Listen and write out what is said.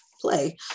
play